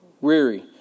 weary